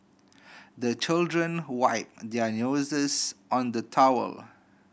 the children wipe their noses on the towel